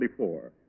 1944